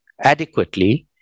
adequately